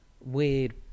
weird